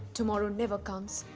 tomorrow never comes.